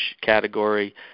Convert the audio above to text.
category